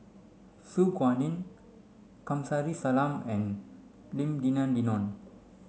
Su Guaning Kamsari Salam and Lim Denan Denon